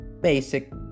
basic